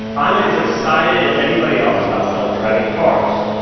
i'm as excited as anybody else about self-driving cars